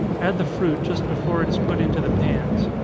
add the fruit just before it is put into the pans.